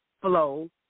flow